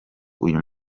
uyu